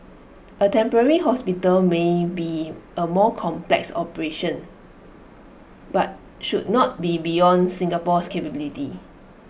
A temporary hospital may be A more complex operation but should not be beyond Singapore's capability